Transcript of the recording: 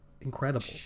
incredible